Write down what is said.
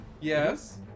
Yes